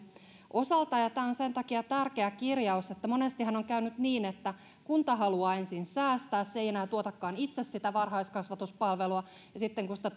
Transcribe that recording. osalta tämä on sen takia tärkeä kirjaus että monestihan on käynyt niin että kunta haluaa ensin säästää se ei enää tuotakaan itse sitä varhaiskasvatuspalvelua ja sitten kun sitä